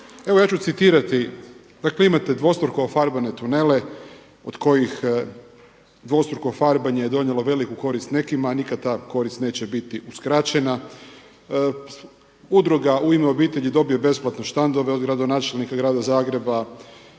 Evo ja ću citirati, dakle imate dvostruko ofarbane tunele od kojih dvostruko farbanje je donijelo veliku korist nekima, a nikada ta korist neće biti uskraćena. Udruga „U ime obitelji“ dobije besplatno štandove od gradonačelnika grada Zagreba.